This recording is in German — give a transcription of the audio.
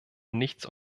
nichts